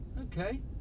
okay